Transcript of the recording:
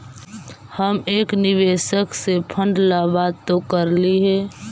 हम एक निवेशक से फंड ला बात तो करली हे